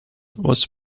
was